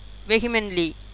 vehemently